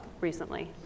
recently